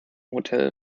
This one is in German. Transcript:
hotel